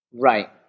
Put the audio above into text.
Right